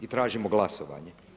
I tražimo glasovanje.